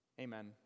Amen